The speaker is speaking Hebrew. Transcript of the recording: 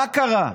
מה קרה?